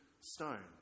stone